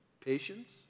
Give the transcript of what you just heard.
patience